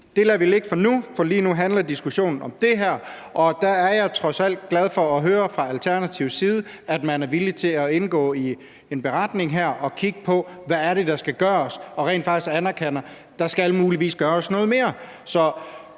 Det lader vi ligge for nu, for lige nu handler diskussionen om det her, og der er jeg trods alt glad for at høre fra Alternativets side, at man er villig til at indgå i en beretning og kigge på, hvad det er, der skal gøres, og at man rent faktisk anerkender, at der muligvis skal gøres noget mere.